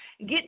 get